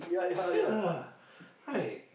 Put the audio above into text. yeah right